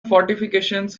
fortifications